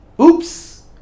Oops